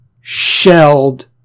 shelled